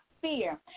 fear